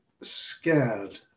scared